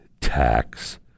tax